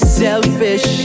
selfish